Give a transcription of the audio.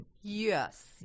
yes